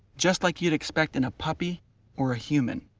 just like you'd expect in a puppy or a human.